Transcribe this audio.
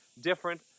different